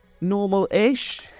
normal-ish